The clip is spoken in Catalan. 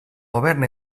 govern